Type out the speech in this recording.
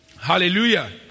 Hallelujah